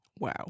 Wow